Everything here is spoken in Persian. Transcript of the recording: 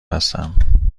هستم